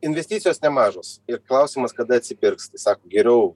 investicijos nemažos ir klausimas kada atsipirks tai sako geriau